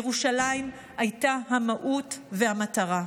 ירושלים הייתה המהות והמטרה".